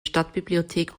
stadtbibliothek